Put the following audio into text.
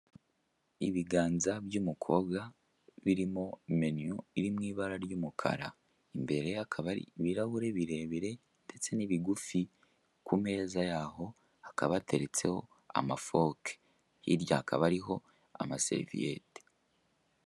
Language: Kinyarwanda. Ibiganza by'umukobwa birimo menu iri mw'ibara ry'umukara imbere ye hakaba hari ibirahure birebire ndetse n'ibigufi kumeza yaho hakaba hateretseho amafoke hirya hakaba hariho ama seriviyete.